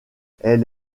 elle